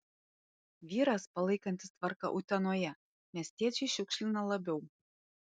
vyras palaikantis tvarką utenoje miestiečiai šiukšlina labiau